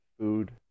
food